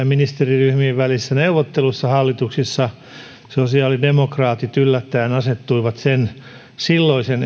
ministeriryhmien välisissä neuvotteluissa hallituksessa sosiaalidemokraatit yllättäen asettuivat silloista